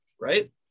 right